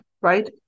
right